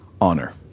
honor